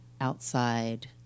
outside